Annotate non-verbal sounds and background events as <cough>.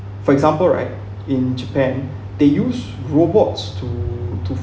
for example right in japan <breath> they use robots to to